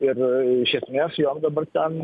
ir iš esmės jos dabar ten